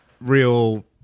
real